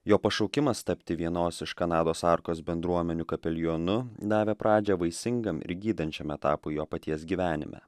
jo pašaukimas tapti vienos iš kanados arkos bendruomenių kapelionu davė pradžią vaisingam ir gydančiam etapui jo paties gyvenime